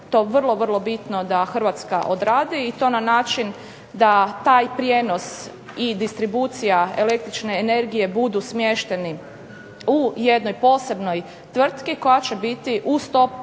je to vrlo, vrlo bitno da Hrvatska odradi i to na način da taj prijenos i distribucija električne energije budu smješteni u jednoj posebnoj tvrtki koja će biti u